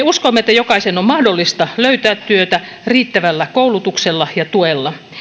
uskomme että jokaisen on mahdollista löytää työtä riittävällä koulutuksella ja tuella